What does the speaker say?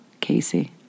Casey